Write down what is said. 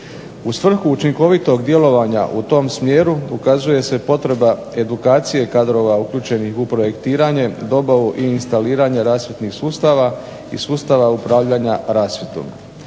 U svrhu učinkovitog djelovanja u tom smjeru ukazuje se potreba edukacije kadrova uključenih u projektiranje, dobavu i instaliranje rasvjetnih sustava i sustava upravljanja rasvjetom.